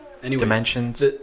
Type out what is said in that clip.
Dimensions